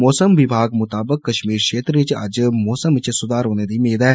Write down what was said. मौसम विभाग मुताबक कष्मीर क्षेत्र च अज्ज मौसम च सुधार होने दी मेद ऐ